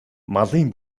малын